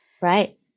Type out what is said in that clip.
Right